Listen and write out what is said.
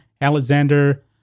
Alexander